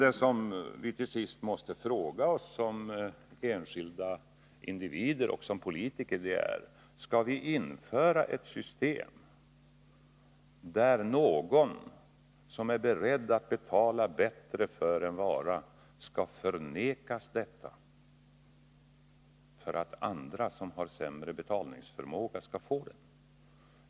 Det vi, som enskilda individer och som politiker, till sist måste fråga oss är: Skall vi införa ett system där någon som är beredd att betala bättre för en vara skall förnekas att köpa den för att andra, som har sämre betalningsförmåga, skall få varan?